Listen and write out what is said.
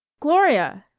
gloria!